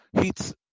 heats